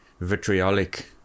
vitriolic